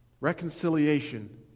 Reconciliation